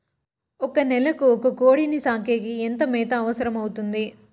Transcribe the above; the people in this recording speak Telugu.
ఒక నెలకు ఒక కోడిని సాకేకి ఎంత మేత అవసరమవుతుంది?